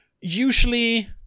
usually